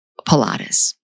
Pilates